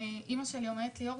אימא שלי אמרה: אור,